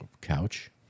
Couch